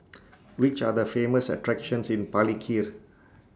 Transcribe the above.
Which Are The Famous attractions in Palikir